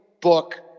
book